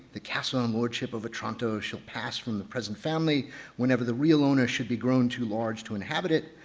the castle on lordship of otranto shall pass from the present family whenever the real owner should be grown too large to inhabit it,